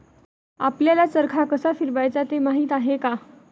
आपल्याला चरखा कसा फिरवायचा ते माहित आहे का?